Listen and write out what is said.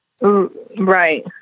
Right